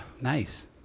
Nice